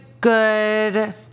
good